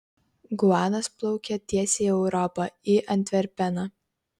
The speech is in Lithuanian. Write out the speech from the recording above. guanas plaukia tiesiai į europą į antverpeną